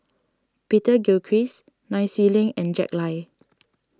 Peter Gilchrist Nai Swee Leng and Jack Lai